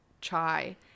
chai